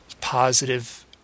positive